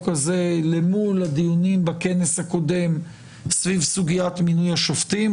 הזה למול הדיונים בכנסת הזה סביב סוגיית מינוי השופטים.